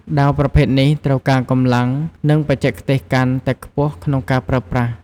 ដាវប្រភេទនេះត្រូវការកម្លាំង និងបច្ចេកទេសកាន់តែខ្ពស់ក្នុងការប្រើប្រាស់។